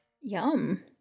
Yum